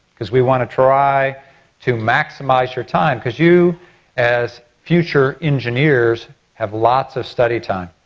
because we want to try to maximize your time because you as future engineers have lots of study time.